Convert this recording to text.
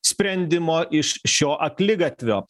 sprendimo iš šio akligatvio